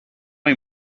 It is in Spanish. hay